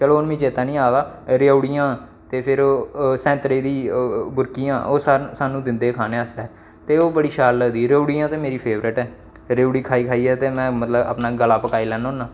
चलो हून मिगी चेती निं आ दा रेयोड़िया ते फिर ओह् संतरे दी बुरकियां ओह् सानूं दिंदे हे खाने आस्तै ते ओह् बड़ी शैल लगदी ही रेबड़ियां ते मेरी फेवरेट ऐ रेयोड़ी खाई खाइयै ते मतलब में अपना गल्ला पकाई लैन्ना होन्ना